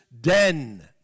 den